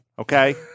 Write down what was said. okay